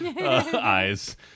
eyes